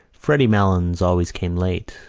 freddy malins always came late,